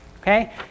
okay